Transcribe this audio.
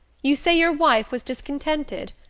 you say your wife was discontented?